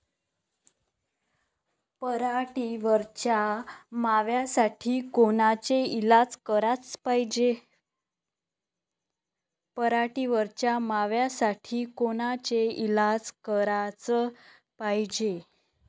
पराटीवरच्या माव्यासाठी कोनचे इलाज कराच पायजे?